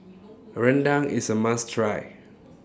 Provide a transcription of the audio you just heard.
A Rendang IS A must Try